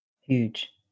Huge